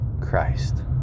Christ